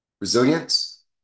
resilience